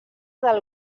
del